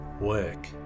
work